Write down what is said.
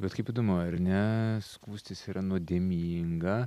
bet kaip įdomu ar ne skųstis yra nuodėminga